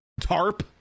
tarp